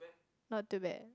not too bad